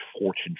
Fortune